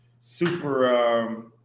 super